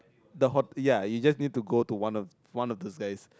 the hot ya you just need to go one of one of those guys